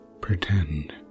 pretend